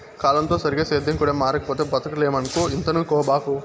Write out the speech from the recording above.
కాలంతో సరిగా సేద్యం కూడా మారకపోతే బతకలేమక్కో ఇంతనుకోబాకు